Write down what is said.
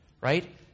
right